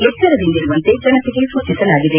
ಎಚ್ಚರದಿಂದಿರುವಂತೆ ಜನತೆಗೆ ಸೂಚಿಸಲಾಗಿದೆ